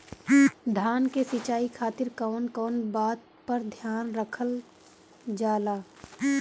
धान के सिंचाई खातिर कवन कवन बात पर ध्यान रखल जा ला?